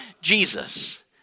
Jesus